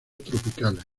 tropicales